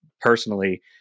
personally